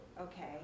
okay